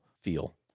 feel